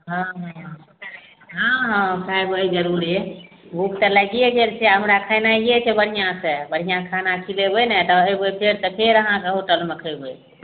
हाँ हाँ हाँ हाँ खाइबय जरूरे भूख तऽ लागिये गेल छै आब हमरा खेनाइये छै बढ़िआँसँ बढ़िआँ खाना खिलेबय ने तऽ एबय फेर तऽ फेर अहाँके होटलमे खेबय